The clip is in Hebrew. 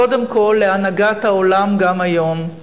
קודם כול להנהגת העולם גם היום,